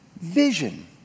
vision